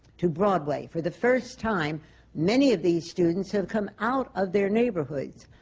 to broadway, for the first time many of these students have come out of their neighborhoods.